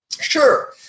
Sure